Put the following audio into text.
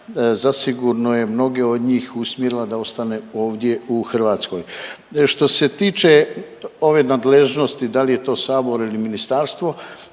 zasigurno je mnoge od njih usmjerila da ostane ovdje u Hrvatskoj. Što se tiče ove nadležnosti da li je to sabor ili ministarstvo,